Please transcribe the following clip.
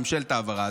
ממשלת ההבהרה,